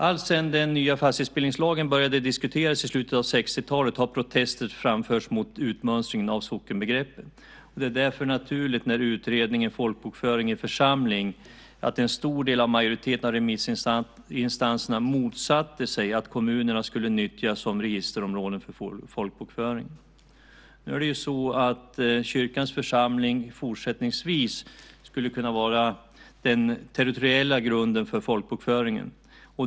Alltsedan den nya fastighetsbildningslagen började diskuteras i slutet av 60-talet har protester framförts mot utmönstringen av sockenbegreppet. Det är därför naturligt att en stor del av remissinstanserna för Utredningen om folkbokföring i församling motsatte sig att kommunerna skulle nyttjas som registerområden för folkbokföring. Nu är det ju så att kyrkans församling fortsättningsvis skulle kunna vara den territoriella grunden för folkbokföringen.